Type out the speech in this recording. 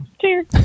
Cheers